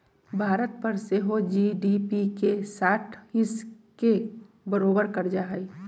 भारत पर सेहो जी.डी.पी के साठ हिस् के बरोबर कर्जा हइ